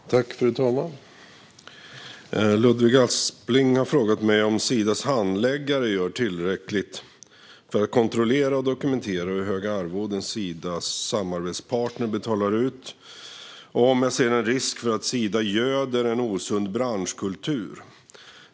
Fru talman! Ludvig Aspling har frågat mig om Sidas handläggare gör tillräckligt för att kontrollera och dokumentera hur höga arvoden Sidas samarbetspartner betalar ut och om jag ser en risk för att Sida göder en osund branschkultur.